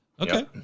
Okay